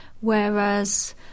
Whereas